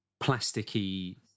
plasticky